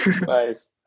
nice